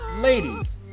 ladies